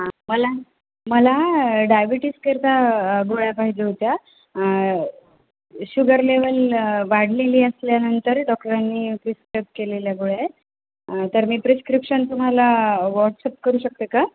हा मला मला डायबिटीस करिता गोळ्या पाहिज होत्या शुगर लेवल वाढलेली असल्यानंतर डॉक्टरांनी प्रिस्क्राईब केलेल्या गोळ्या आहेत तर मी प्रिस्क्रिप्शन तुम्हाला व्हॉट्सअप करू शकते का